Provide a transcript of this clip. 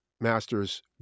masters